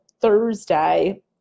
Thursday